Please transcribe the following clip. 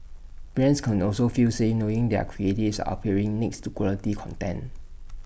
brands can also feel safe knowing their creatives are appearing next to quality content